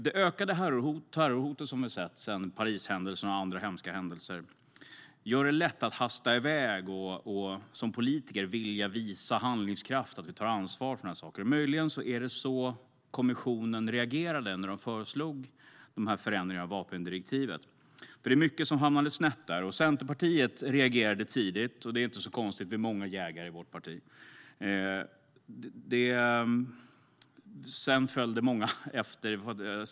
Det ökade terrorhot som vi sett sedan Parishändelserna och andra hemska händelser gör det lätt att hasta iväg och som politiker vilja visa handlingskraft och visa att man tar ansvar för de här sakerna. Möjligen var det så kommissionen reagerat när de föreslog de här förändringarna av vapendirektivet, för det var mycket som hamnade snett. Centerpartiet reagerade tidigt, och det är inte så konstigt. Vi är många jägare i vårt parti. Sedan följde många efter.